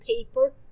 paper